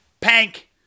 Pank